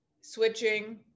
switching